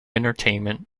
entertainment